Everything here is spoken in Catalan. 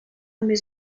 més